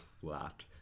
flat